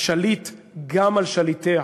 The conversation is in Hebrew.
השליט גם על שליטיה.